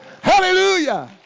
Hallelujah